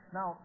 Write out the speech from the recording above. Now